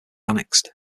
annexed